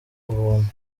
ubuntu